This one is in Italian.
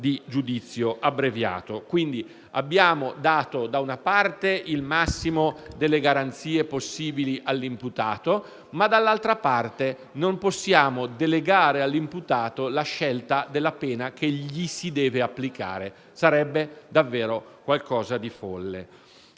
di giudizio abbreviato. Quindi, abbiamo dato, da una parte, il massimo delle garanzie possibili all'imputato, ma, dall'altra parte, non possiamo delegare all'imputato la scelta della pena che gli si deve applicare. Sarebbe davvero qualcosa di folle.